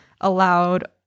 allowed